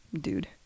dude